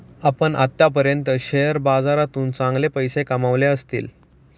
आपण आत्तापर्यंत शेअर बाजारातून चांगले पैसे कमावले असतील